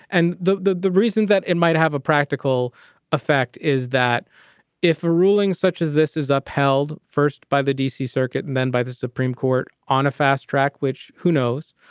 and the the reason that it might have a practical effect is that if a ruling such as this is upheld first by the d c. circuit and then by the supreme court on a fast track, which who knows,